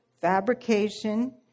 fabrication